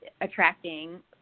attracting